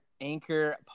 anchor